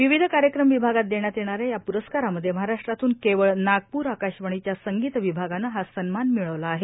विविध कार्यक्रम विभागात देण्यात येणाऱ्या या पुरस्कारांमध्ये महाराष्ट्रातूल केवळ नागपूर आकाशवाणीच्या संगीत विभागानं हा सन्मान मिळवला आहे